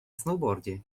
snowboardzie